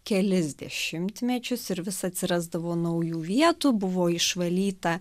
kelis dešimtmečius ir vis atsirasdavo naujų vietų buvo išvalyta